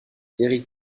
éric